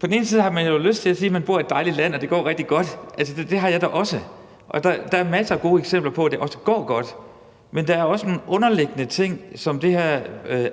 På den ene side har man jo lyst til at sige, at man bor i et dejligt land, og at det går rigtig godt – det har jeg da også lyst til, og der er masser af gode eksempler på, at det også går godt – men på den anden side er der også nogle underliggende ting, som det her